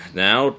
now